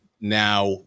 now